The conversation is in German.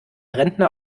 rentner